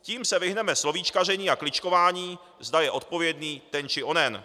Tím se vyhneme slovíčkaření a kličkování, zda je odpovědný ten či onen.